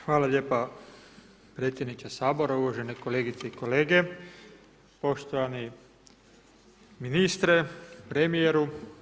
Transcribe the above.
Hvala lijepa predsjedniče Sabora, uvažene kolegice i kolege, poštovani ministre, premijeru.